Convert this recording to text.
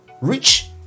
Rich